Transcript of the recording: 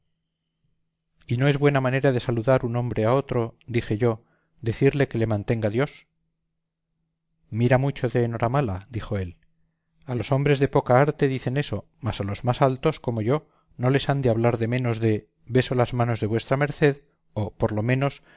y no es buena manera de saludar un hombre a otro dije yo decirle que le mantenga dios mira mucho de enhoramala dijo él a los hombres de poca arte dicen eso mas a los más altos como yo no les han de hablar menos de beso las manos de vuestra merced o por lo menos